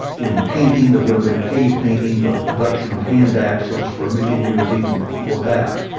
in painting, that would have been cave painting, but the production of hand axes for a million years even before that,